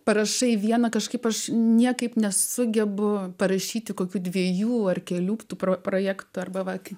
parašai vieną kažkaip aš niekaip nesugebu parašyti kokių dviejų ar kelių tų projektų arba kitai